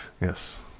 Yes